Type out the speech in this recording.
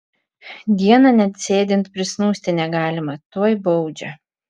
dieną net sėdint prisnūsti negalima tuoj baudžia